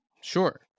Sure